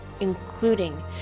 including